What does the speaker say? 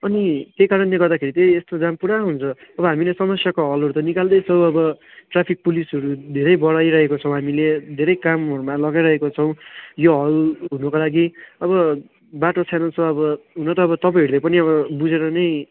अनि त्यही कारणले गर्दाखेरि त्यही यस्तो जाम पुरा हुन्छ अब हामीले समस्याको हलहरू त निकाल्दैछौँ अब ट्राफिक पुलिसहरू धेरै बढाइरहेको छौँ हामीले धेरै कामहरूमा लगाइरहेको छौँ यो हल हुनुको लागि अब बाटो सानो छ अब हुन त अब तपाईँहरूले पनि अब बुझेर नै